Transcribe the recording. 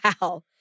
Wow